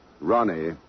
Ronnie